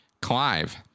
Clive